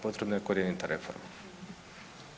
Potrebna je korjenita reforma.